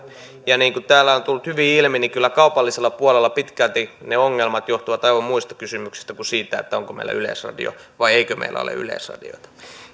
ja niin kuin täällä on tullut hyvin ilmi niin kyllä kaupallisella puolella pitkälti ne ongelmat johtuvat aivan muista kysymyksistä kuin siitä onko meillä yleisradio vai eikö meillä ole yleisradiota